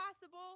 possible